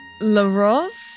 LaRose